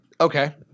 Okay